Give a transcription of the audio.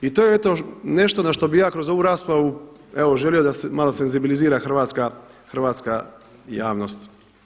I to je eto nešto na što bih ja kroz ovu raspravu evo želio da se malo senzibilizira hrvatska javnost.